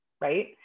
Right